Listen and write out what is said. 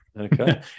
Okay